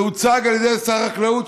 זה הוצג על ידי שר החקלאות,